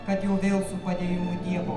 kad jau vėl su padėjimu dievo